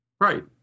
Right